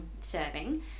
serving